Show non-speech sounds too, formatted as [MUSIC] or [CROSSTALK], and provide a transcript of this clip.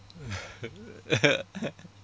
[LAUGHS]